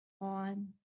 on